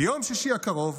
ביום שישי הקרוב